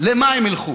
למה הם ילכו?